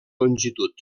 longitud